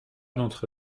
d’entre